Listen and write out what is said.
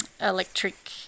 electric